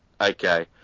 Okay